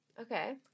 Okay